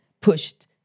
pushed